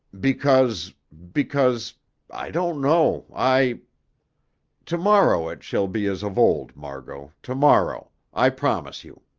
because because i don't know i to-morrow it shall be as of old, margot to-morrow. i promise you.